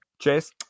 Chase